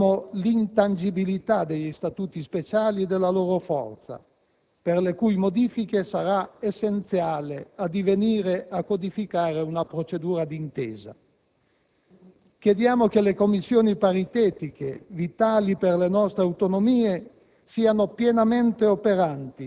leale collaborazione, condivisione degli obiettivi e partecipazione nelle scelte; chiediamo l'intangibilità degli statuti speciali e della loro forza, per le cui modifiche sarà essenziale addivenire alla codifica di una procedura di intesa;